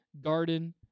garden